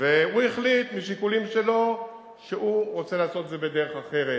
והוא החליט משיקולים שלו שהוא רוצה לעשות את זה בדרך אחרת